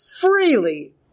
freely